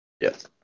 Yes